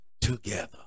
together